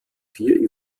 vier